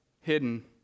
hidden